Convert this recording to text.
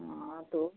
हाँ तो